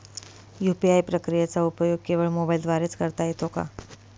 UPI प्रक्रियेचा उपयोग केवळ मोबाईलद्वारे च करता येतो का?